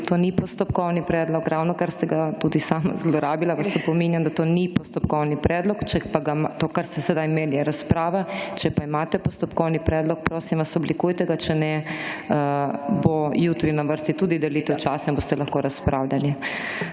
to ni postopkovni predlog, ravnokar ste ga tudi sama zlorabila, vas opominjam, da to ni postopkovni predlog, če pa, to kar ste sedaj imeli razpravo, če pa imate postopkovni predlog, prosim vas, oblikujte ga, če ne bo jutri na vrsti tudi delitev časa in boste lahko razpravljali.